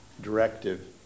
directive